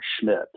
Schmidt